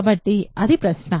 కాబట్టి అది ప్రశ్న